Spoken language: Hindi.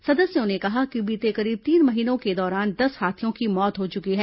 सदस्यों ने कहा कि बीते करीब तीन महीनों के दौरान दस हाथियों की मौत हो चुकी है